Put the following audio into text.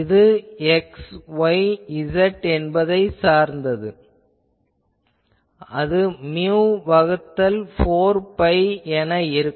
இது xyz என்பதைச் சார்ந்துள்ளது அது மியு வகுத்தல் 4 பை என இருக்கும்